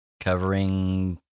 covering